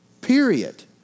period